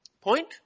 Point